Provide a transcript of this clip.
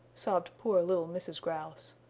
sobbed poor little mrs. grouse.